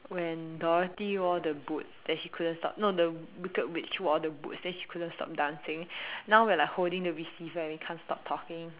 when Dorothy wore the boots and she couldn't stop no the wicked witch wore the boots then she couldn't stop dancing now we're like holding the receiver and we can't stop talking